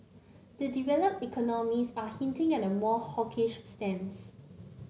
the developed economies are hinting at a more hawkish stands